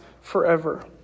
forever